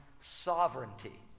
sovereignty